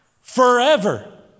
forever